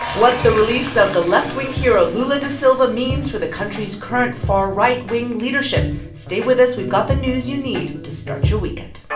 what the release of the left-wing hero, lula da silva, means for the country's current far-right-wing leadership. stay with us. we've got the news you need to start your weekend